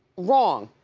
wrong.